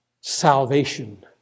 salvation